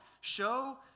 Show